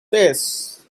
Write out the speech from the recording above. face